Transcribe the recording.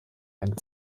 einen